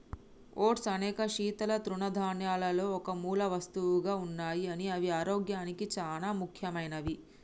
oats అనేక శీతల తృణధాన్యాలలో ఒక మూలవస్తువుగా ఉన్నాయి అవి ఆరోగ్యానికి సానా ముఖ్యమైనవి